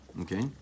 Okay